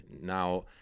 now